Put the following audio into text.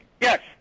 Yes